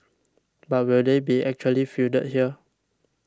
but will they be actually fielded here